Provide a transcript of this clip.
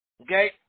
okay